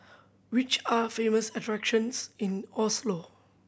which are famous attractions in Oslo